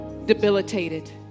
Debilitated